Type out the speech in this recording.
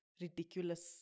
ridiculous